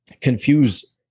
confuse